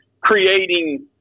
creating